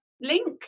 link